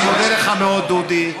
אני מודה לך מאוד, דודי.